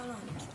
לא, לא.